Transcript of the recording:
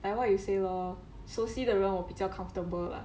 like what you say lor 熟悉的人我比较 comfortable lah